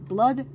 Blood